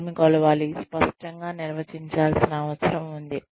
ఏమి కొలవాలి స్పష్టంగా నిర్వచించాల్సిన అవసరం ఉంది